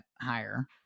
higher